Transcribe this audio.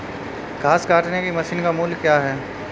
घास काटने की मशीन का मूल्य क्या है?